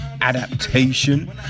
adaptation